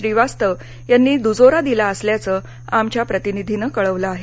श्रीवास्तव यांनी दुजोरा दिला असल्याचं आमच्या प्रतिनिधीनं कळवलं आहे